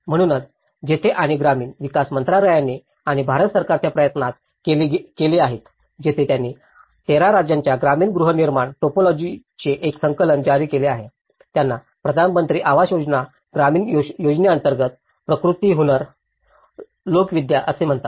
म्हणूनच तेथे आणि ग्रामीण विकास मंत्रालयाने आणि भारत सरकारच्या प्रयत्नात गेले आहेत जिथे त्यांनी 13 राज्यांच्या ग्रामीण गृहनिर्माण टायपोलॉजीजचे एक संकलन जारी केले आहे त्यांना प्रधानमंत्री आवास योजना ग्रामीण योजने अंतर्गत प्रकृति हुनर लोकविद्या असे म्हणतात